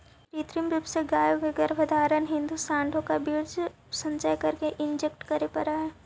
कृत्रिम रूप से गायों के गर्भधारण हेतु साँडों का वीर्य संचय करके इंजेक्ट करे पड़ हई